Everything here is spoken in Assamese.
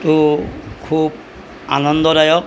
টো খুব আনন্দদায়ক